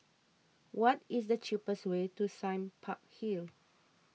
what is the cheapest way to Sime Park Hill